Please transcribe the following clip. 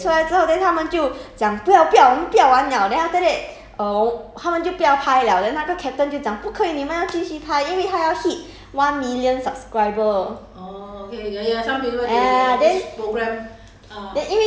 !huh! 跟你讲有 torchlight liao lor ya then 出来之后 then 他们就讲不要不要我们不要玩 liao then after that err 我他们就不要拍 liao then 那个 captain 就讲不可以你们要继续拍因为他要 hit one million subscriber